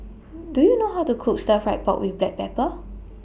Do YOU know How to Cook Stir Fried Pork with Black Pepper